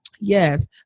Yes